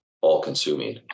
all-consuming